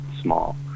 small